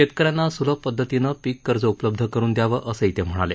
शेतक यांना सुलभ पद्धतीनं पीक कर्ज उपलब्ध करुन द्यावं असंही ते म्हणाले